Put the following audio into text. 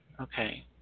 Okay